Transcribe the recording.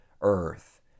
earth